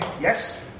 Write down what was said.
Yes